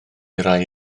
rhai